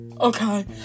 Okay